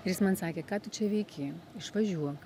ir jis man sakė kad tu čia veiki išvažiuok